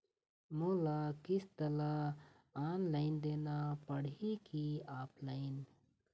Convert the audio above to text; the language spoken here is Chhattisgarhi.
मोला किस्त ला ऑनलाइन देना पड़ही की ऑफलाइन?